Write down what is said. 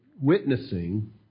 witnessing